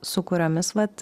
su kuriomis vat